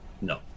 No